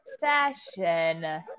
fashion